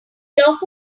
clock